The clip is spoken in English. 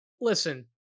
Listen